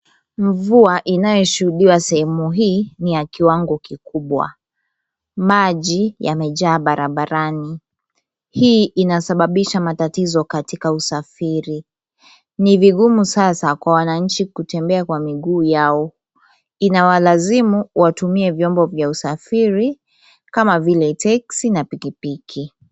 Mvua inayoshuhudiwa sehemu hii ni ya kiwango kikubwa. Maji yamejaa barabarani. Hii inasababisha matatizo katika usafiri. Ni vigumu sasa kwa wananchi kutembea kwa miguu yao. Inawalazimu watumie vyombo vya usafiri kama vile teksi na pikipiki.